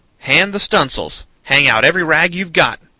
hand the stuns'ls! hang out every rag you've got!